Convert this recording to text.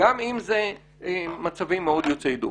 גם אם זה מצבים מאוד יוצאי דופן.